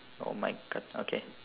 oh my god okay